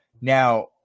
Now